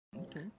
Okay